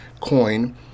coin